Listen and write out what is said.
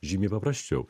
žymiai paprasčiau